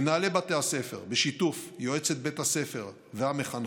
מנהלי בתי הספר, בשיתוף יועצת בית הספר והמחנכות,